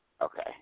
Okay